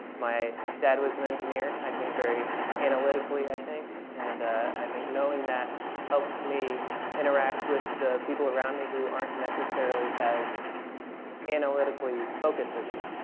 my dad was an engineer, i think very analytically i think. and i think knowing that helps me interact with the people around me who aren't necessarily as analytically focused as me.